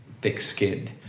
thick-skinned